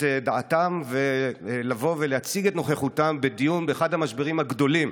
דעתם ולבוא ולהציג את נוכחותם בדיון באחד המשברים הגדולים,